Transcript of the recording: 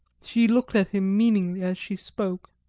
she looked at him meaningly as she spoke.